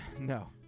No